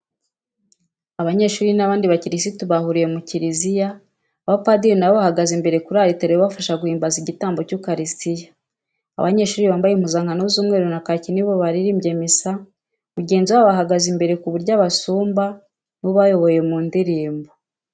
Abanyeshuri n'abandi bakirisitu bahuriye mu kiriziya, abapadiri nabo bahagaze imbere kuri aritari bafasha guhimbaza igitambo cy'ukarisitiya, abanyeshuri bambaye impuzankano z'umweru na kaki nibo baririmbye misa, mugenzi wabo ahagaze imbere ku buryo abasumba niwe ubayoboye mu ndirimbo.